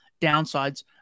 downsides